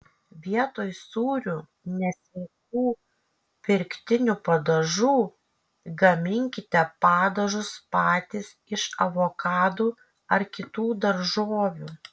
vietoj sūrių nesveikų pirktinių padažų gaminkite padažus patys iš avokadų ar kitų daržovių